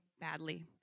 badly